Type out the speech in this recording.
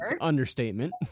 understatement